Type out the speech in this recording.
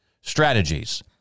strategies